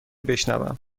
بشنوم